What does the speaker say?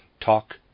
talk